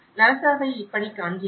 லாசாவை இப்போது காண்கிறோம்